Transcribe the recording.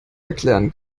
erklären